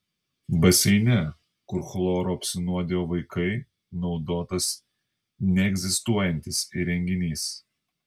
baseine kur chloru apsinuodijo vaikai naudotas neegzistuojantis įrenginys